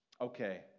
okay